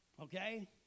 Okay